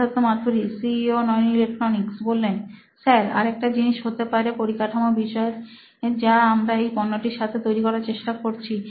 Siddharth Maturi C E O নোইন electronics sir আরেকটা জিনিস হতে পারে পরিকাঠামো বিষয়ের যা আমরা এই পণ্যটি সাথে তৈরী করতে চেষ্টা করছি